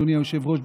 אדוני היושב-ראש,